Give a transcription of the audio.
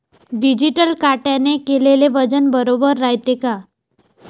Digital काट्याने केलेल वजन बरोबर रायते का?